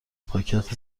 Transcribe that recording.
پاکت